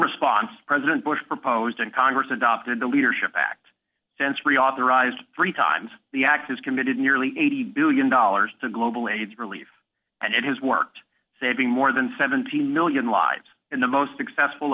response president bush proposed in congress adopted the leadership act since reauthorized three times the act has committed nearly eighty billion dollars to global aids relief and has worked saving more than seventeen million dollars lives in the most successful